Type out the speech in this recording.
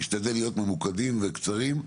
נשתדל להיות ממוקדים וקצרים,